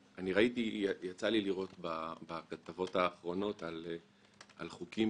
יצא לי לראות בכתבות האחרונות על חוקים